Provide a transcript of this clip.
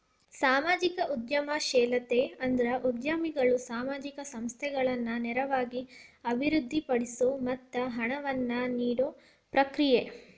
ಸಾಮಾಜಿಕ ಉದ್ಯಮಶೇಲತೆ ಅಂದ್ರ ಉದ್ಯಮಿಗಳು ಸಾಮಾಜಿಕ ಸಮಸ್ಯೆಗಳನ್ನ ನೇರವಾಗಿ ಅಭಿವೃದ್ಧಿಪಡಿಸೊ ಮತ್ತ ಹಣವನ್ನ ನೇಡೊ ಪ್ರಕ್ರಿಯೆ